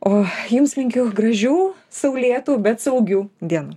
o jums linkiu gražių saulėtų bet saugių dienų